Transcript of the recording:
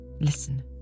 Listen